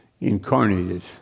incarnated